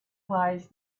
wise